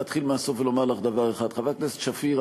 להתחיל מהסוף ולומר לך דבר אחד: חברת הכנסת שפיר,